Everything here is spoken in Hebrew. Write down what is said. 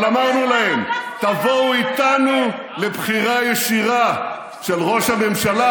אבל אמרנו להם: תבואו איתנו לבחירה ישירה של ראש הממשלה,